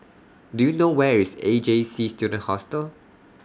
Do YOU know Where IS A J C Student Hostel